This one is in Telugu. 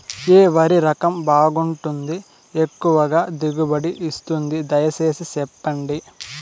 ఏ వరి రకం బాగుంటుంది, ఎక్కువగా దిగుబడి ఇస్తుంది దయసేసి చెప్పండి?